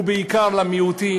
ובעיקר למיעוטים,